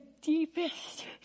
deepest